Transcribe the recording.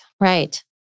Right